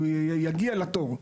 הוא יגיע לתור.